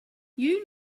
you